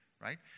Right